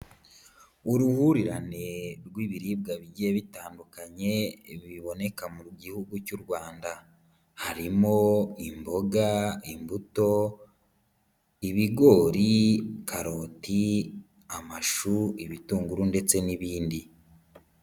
Uruhurirane rw'ibiribwa bigiye bitandukanye biboneka mu gihugu cy'u Rwanda, harimo imboga, imbuto, ibigori, karoti, amashu, ibitunguru ndetse n'ibindi.